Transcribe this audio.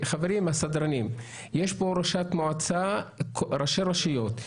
חברים הסדרנים, יש פה ראשת מועצה וראשי רשויות.